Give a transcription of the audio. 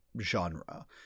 genre